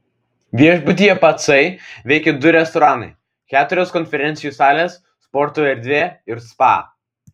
viešbutyje pacai veikia du restoranai keturios konferencijų salės sporto erdvė ir spa